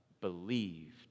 believed